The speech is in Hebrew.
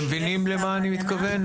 אליעזר, אתם מבינים למה אני מתכוון?